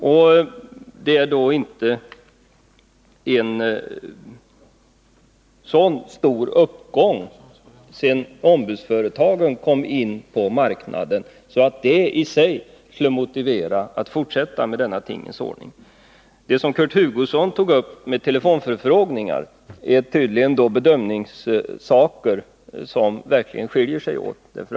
Den visar att det inte är fråga om en så stor ökning sedan ombudsföretagen kom in på marknaden att detta i sig skulle motivera att man fortsatte med det i denna tingens ordning. Vad gäller antalet telefonförfrågningar, som Kurt Hugosson var inne på, är detta tydligen en bedömningsfråga, för här har gjorts skilda bedömningar.